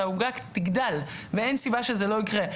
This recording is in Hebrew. כדי שאתם תקבלו כזה לחץ ציבורי גדול כדי שיניע אתכם.